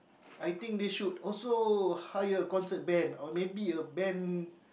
I think they should also hire a concert band or maybe a band